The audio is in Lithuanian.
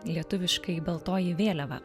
lietuviškai baltoji vėliava